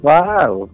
Wow